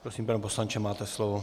Prosím, pane poslanče, máte slovo.